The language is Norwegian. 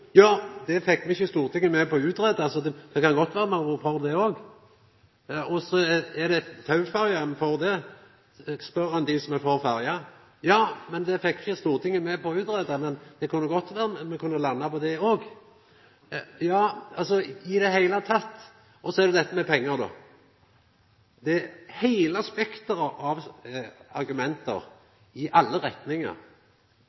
Ja, det fekk me ikkje Stortinget med på å greia ut, så det kan godt vera me hadde vore for det òg. Og så er det Tau-ferja, er me for den, spør ein dei som er for ferje. Ja, men det fekk me ikkje Stortinget med på å greia ut, men det kunne godt vera me kunne landa på det òg – ja, i det heile. Og så er det pengar. Heile spekteret av argument i alle retningar – kva er dette